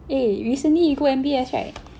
eh you recently you go M_B_S right